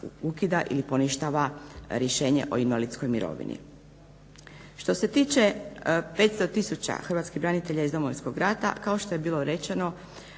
ili poništava rješenje o invalidskoj mirovini. Što se tiče 500 tisuća hrvatskih branitelja iz Domovinskog rata, kao što je bilo rečeno